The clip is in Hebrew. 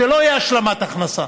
שלא תהיה השלמת הכנסה.